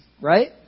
Right